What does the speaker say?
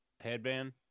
headband